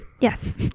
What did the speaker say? Yes